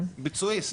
ביצועיסט.